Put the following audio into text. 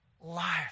life